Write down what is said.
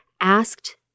asked